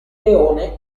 leone